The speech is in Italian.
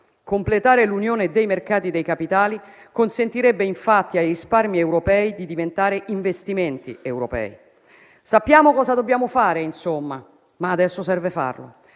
Completare l'unione dei mercati dei capitali consentirebbe infatti ai risparmi europei di diventare investimenti europei. Sappiamo cosa dobbiamo fare, insomma, ma adesso serve farlo.